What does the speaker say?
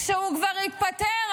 כשהוא כבר התפטר,